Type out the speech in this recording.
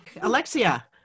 Alexia